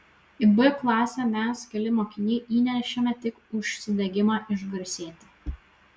į b klasę mes keli mokiniai įnešėme tik užsidegimą išgarsėti